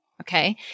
Okay